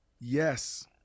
yes